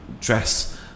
dress